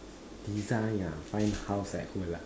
design ah find house like who lah